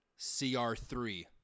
CR3